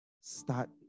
start